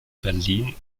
berlin